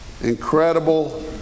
Incredible